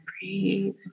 breathe